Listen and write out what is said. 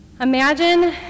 Imagine